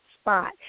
spot